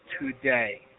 today